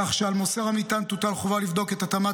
כך שעל מוסר המטען תוטל חובה לבדוק את התאמת